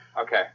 Okay